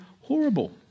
horrible